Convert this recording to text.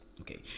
okay